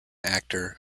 actor